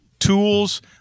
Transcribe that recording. tools